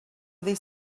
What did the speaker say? this